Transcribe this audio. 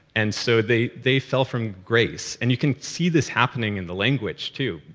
and so, they they fell from grace. and you can see this happening in the language, too.